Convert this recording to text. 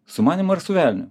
su manim ar su velniu